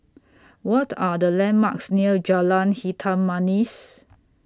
What Are The landmarks near Jalan Hitam Manis